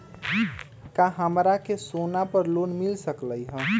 का हमरा के सोना पर लोन मिल सकलई ह?